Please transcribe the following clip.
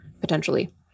potentially